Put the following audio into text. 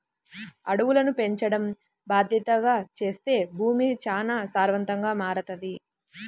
అడవులను పెంచడం బాద్దెతగా చేత్తే భూమి చానా సారవంతంగా మారతది